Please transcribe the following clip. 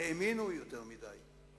האמינו יותר מדי.